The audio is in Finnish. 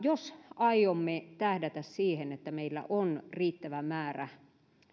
jos aiomme tähdätä siihen että meillä on jatkossa riittävä määrä